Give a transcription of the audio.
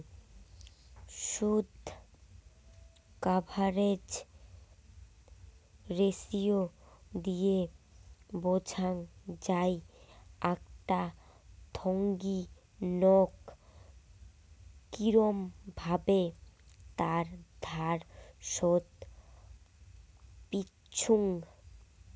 শুধ coverage ratio দিয়ে বোঝাং যাই আকটা থোঙনি নক কিরম ভাবে তার ধার শোধ করত পিচ্চুঙ